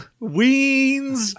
Weens